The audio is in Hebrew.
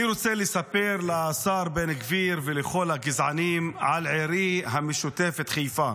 אני רוצה לספר לשר בן גביר ולכל הגזענים על עירי המשותפת חיפה.